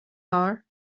are